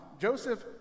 Joseph